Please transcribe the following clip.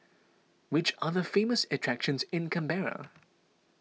which are the famous attractions in Canberra